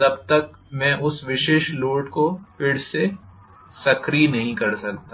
तब तक मैं उस विशेष लोड को फिर से सक्रिय नहीं कर सकता